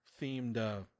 themed